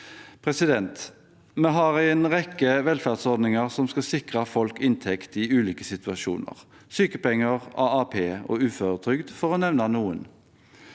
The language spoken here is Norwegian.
enslig. Vi har en rekke velferdsordninger som skal sikre folk inntekt i ulike situasjoner – sykepenger, AAP og uføretrygd, for å nevne noen.